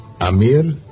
Amir